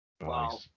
Wow